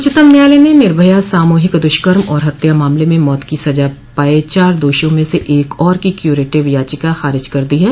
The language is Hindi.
उच्चतम न्यायालय ने निर्भया सामूहिक दुष्कर्म और हत्या मामले में मौत की सजा पाये चार दोषियों में से एक और की क्यूयरेटिव याचिका खारिज कर दी है